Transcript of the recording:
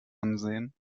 ansehen